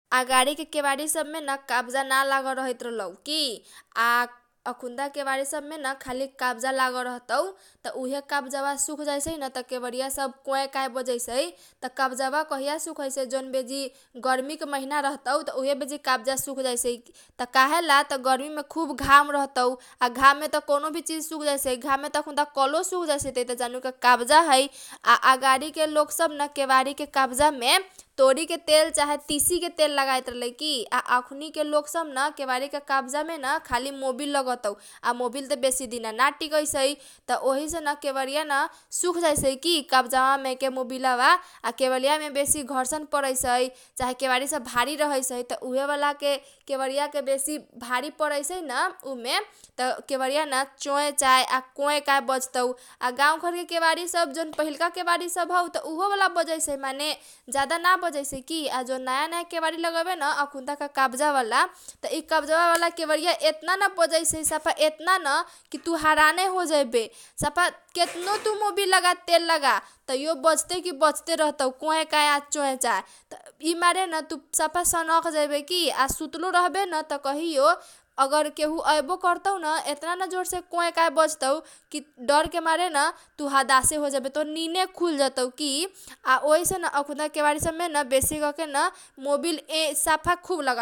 अगाडि के केबारी सब मेन कब्जा ना लागल रहैत रहलौ की। आ अखुनता के केबारी सब मेन खाली कमजा लागल रहतौ त उहे कबजाबा सुख जाइसैन त उहे केबरीया कोए काए बजैसै त कबजाबा कहिया सुखैसै जौन बेजी गर्मी के महिना रहतौ उहे बेजी कब्जा सुख जाइसै। त काहेला त गर्मी मे खुब घाम रहतौ आ घाम मेत औनो चीज सुख जाइसै घाम मेल अखुनता कलो सुख जाइसै इ त जानुके कब्जा है आ अगाडि के लोक सब न केबारीके कब्जा मे तोरीके तेल, चाहे तिसीके तेल लगाइत रहलै की । आ अखुनीके लोग सब न केबारीके कब्जा मे न खाली मोबिल लगतौ आ मोबिल त बेसी दिना न टिकैसै त ओहीसे न केबरीया न सुख जाइसै की कब्जा वा मेके मोबिल बा आ केबारीया बामे बेसी खरसन परैसै चाहे केबारी सब भारी रहैसै त उहे बाला के केबरीया बेसी भारी परैसैन उमे त केबरीया न चोए चाए आ कोए काए बजतौ आ गाउँ घर के केबारी सब जौन पहिलका केबारी सब हौ त उहो बाला सब बजैसै माने जादा ना बजैसै की आ जौन नयाँ नयाँ केबारी लगैबेन अखुनता के कब्जा बाला इ कब्जा बा बाला केबरीया एतना न बजैसै एतना न की तु हराने होजैबे सफा केतनो तु मोबिल लगा, तेल लगा तैयो बजते के बजते रहतौ कोए काए आ चोए चाए। त इ मारेन सफा तु सनक जैबे की आ सुतलो रहबे त कहियो त अगर केहु आइबो करतौ न त एतना न जोर से कोए काए बजतौ की डरके मारेन तु हदासे होजैबे तोहर निने खुल जतौ कि आ ओहीसेन अखुता के केबारी सब मेन बेसी करके न मोबिल सफा खुब लगतौ।